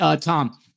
Tom